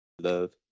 love